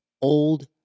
old